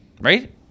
right